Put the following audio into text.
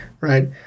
Right